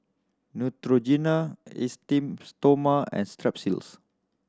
Neutrogena Esteem Stoma and Strepsils